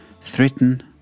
threaten